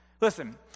Listen